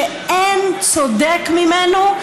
שאין צודק ממנו,